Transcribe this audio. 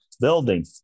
building